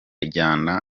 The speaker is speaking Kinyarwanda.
ijyana